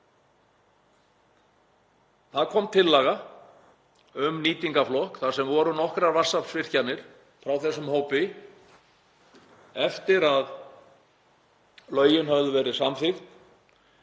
Það kom tillaga um nýtingarflokk þar sem voru nokkrar vatnsaflsvirkjanir frá þessum hóp eftir að lögin höfðu verið samþykkt.